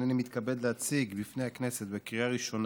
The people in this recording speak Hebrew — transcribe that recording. אני מזמין את חבר הכנסת מיקי מכלוף זוהר.